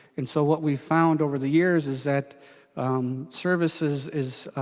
and so what we found over the years is that services is